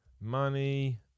Money